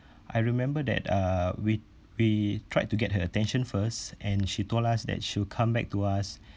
I remember that uh we we tried to get her attention first and she told us that she would come back to us